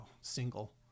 single